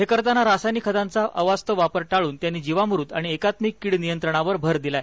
हे करताना रासायनिक खताचा अवास्तव वापर टाळून त्यांनी जीवामृत आणि एकात्मिक कीड नियंत्रणावर भर दिला आहे